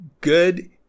good